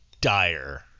Dire